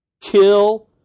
kill